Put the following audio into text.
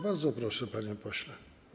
Bardzo proszę, panie pośle.